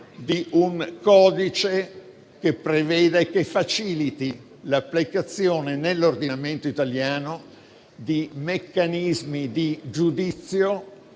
di un codice che preveda e faciliti l'applicazione nell'ordinamento italiano di meccanismi di giudizio